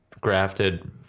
grafted